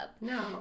No